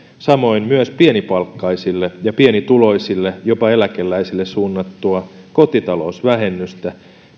samoin esitämme myös pienipalkkaisille ja pienituloisille jopa eläkeläisille suunnattua kotitalousvähennystä